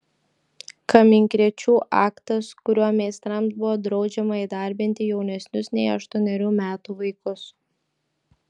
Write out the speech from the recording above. kaminkrėčių aktas kuriuo meistrams buvo draudžiama įdarbinti jaunesnius nei aštuonerių metų vaikus